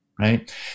right